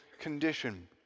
condition